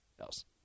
else